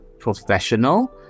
professional